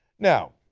now,